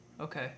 Okay